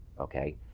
Okay